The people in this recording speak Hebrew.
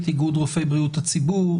איגוד רופאי בריאות הציבור.